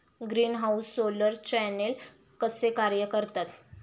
Greenhouse solar channel कसे कार्य करतात?